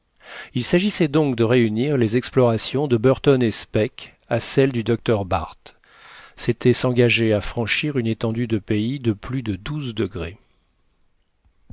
il s'agissait donc de réunir les explorations de burton et speke à celles du docteur barth c'était s'engager à franchir une étendue de pays de plus de douze degrés